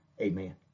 amen